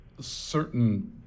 certain